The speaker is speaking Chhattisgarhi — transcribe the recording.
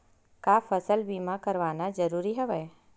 का फसल बीमा करवाना ज़रूरी हवय?